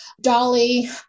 Dolly